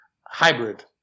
Hybrid